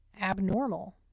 abnormal